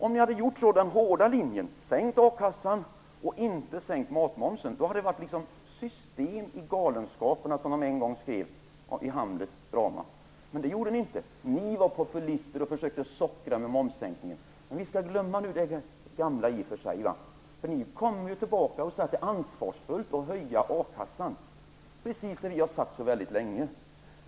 Om ni hade följt den hårda linjen och sänkt akassan men inte sänkt matmomsen hade det varit system i galenskaperna, som man en gång skrev i Hamlets drama. Men det gjorde ni inte. Ni var populister och försökte sockra med momssänkning. Vi skall i och för sig glömma det gamla. Nu kommer ni tillbaka och säger att det är ansvarsfullt att höja a-kassan - precis det vi har sagt väldigt länge.